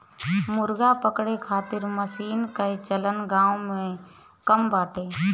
मुर्गा पकड़े खातिर मशीन कअ चलन गांव में कम बाटे